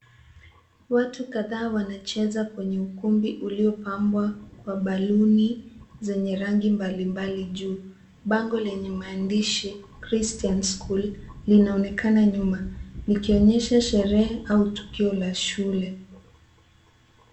Watu kadhaa wanacheza kwenye ukumbi uliopambwa kwa ballon zenye rangi mbalimbali juu. Bango lenye maandishi Christian School linaonekana nyuma likionyesha sherehe au tukio la shule.